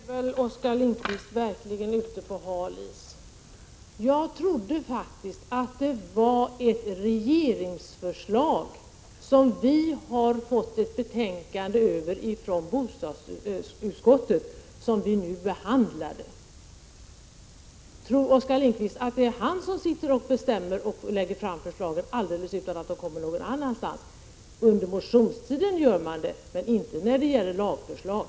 Herr talman! Nu är väl Oskar Lindkvist verkligen ute på halis. Jag trodde faktiskt att det var ett regeringsförslag, som vi hade fått ett betänkande över från bostadsutskottet, som vi nu behandlar. Tror Oskar Lindkvist att det är han som sitter och bestämmer och lägger fram förslagen och att de inte kommer någon annanstans ifrån? Under motionstiden gör man så, men inte när det gäller lagförslag.